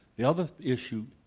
the other issue,